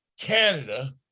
Canada